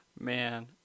Man